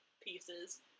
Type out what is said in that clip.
pieces